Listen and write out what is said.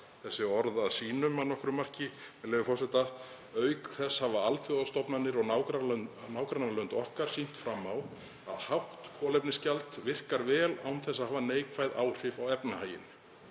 þessi orð að sínum að nokkru marki, með leyfi forseta: „Auk þess hafa alþjóðastofnanir og nágrannalönd okkar sýnt fram á að hátt kolefnisgjald virkar vel án þess að hafa neikvæð áhrif á efnahaginn.“